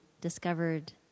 discovered